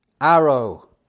arrow